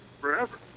forever